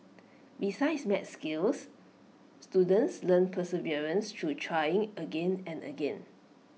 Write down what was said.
besides maths skills students learn perseverance through trying again and again